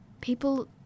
people